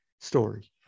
story